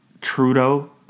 Trudeau